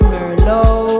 Merlot